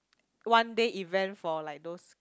one day event for like those